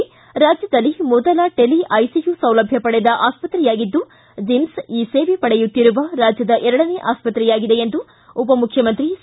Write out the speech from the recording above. ರಾಜ್ಯದಲ್ಲಿ ಮೊದಲ tele ICU ಸೌಲಭ್ಯ ಪಡೆದ ಆಸ್ಪತ್ರೆಯಾಗಿದ್ದು ಜಿಮ್ಸ್ ಈ ಸೇವೆ ಪಡೆಯುತ್ತಿರುವ ರಾಜ್ಯದ ಎರಡನೇ ಆಸ್ಪತ್ರೆಯಾಗಿದೆ ಎಂದು ಉಪಮುಖ್ಯಮಂತ್ರಿ ಸಿ